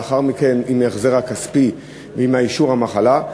לאחר מכן עם ההחזר הכספי ועם אישור המחלה.